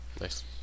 nice